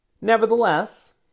Nevertheless